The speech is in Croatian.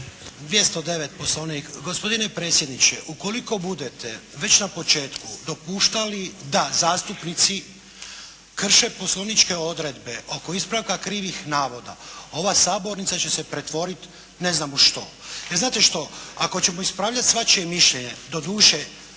209. Poslovnik. Gospodine predsjedniče! Ukoliko budete već na početku dopuštali da zastupnici krše poslovničke odredbe oko ispravka krivih navoda ova sabornica će se pretvorit ne znam u što. Jer znate što. Ako ćemo ispravljat svačije mišljenje, doduše